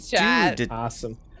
Awesome